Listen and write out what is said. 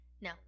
no